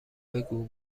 بگو